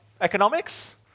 economics